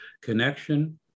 Connection